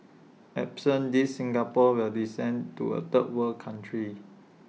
absent these Singapore will descend to A third world country